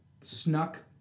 snuck